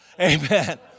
Amen